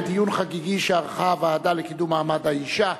בדיון חגיגי שערכה הוועדה לקידום מעמד האשה,